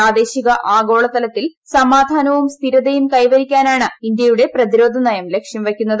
പ്രാദേശിക ആഗോളതലത്തിൽ സമാധാനവും സ്ഥിരതയും കൈവരിക്കാനാണ് ഇന്ത്യയുടെ പ്രതിരോധ നയം ലക്ഷ്യം വയ്ക്കുന്നത്